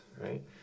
right